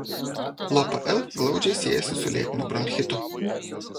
lopl glaudžiai siejasi su lėtiniu bronchitu